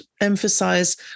emphasize